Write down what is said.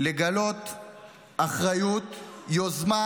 לגלות אחריות, יוזמה